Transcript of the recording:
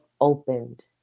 opened